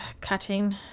Cutting